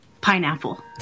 pineapple